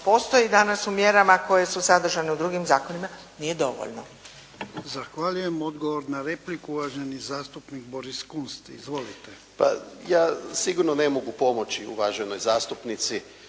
postoji danas u mjerama koje su sadržane u drugim zakonima nije dovoljno. **Jarnjak, Ivan (HDZ)** Zahvaljujem. Odgovor na repliku, uvaženi zastupnik Boris Kunst. Izvolite. **Kunst, Boris (HDZ)** Ja sigurno ne mogu pomoći uvaženoj zastupnici